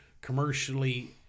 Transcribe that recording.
commercially